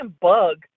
bug